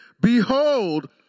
Behold